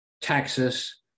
Texas –